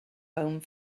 home